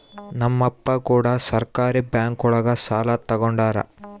ನಮ್ ಅಪ್ಪ ಕೂಡ ಸಹಕಾರಿ ಬ್ಯಾಂಕ್ ಒಳಗ ಸಾಲ ತಗೊಂಡಾರ